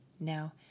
Now